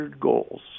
goals